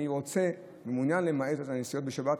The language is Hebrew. אני רוצה ומעונין למעט את הנסיעות בשבת,